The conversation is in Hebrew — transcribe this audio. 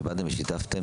שבאתן ושיתפתן.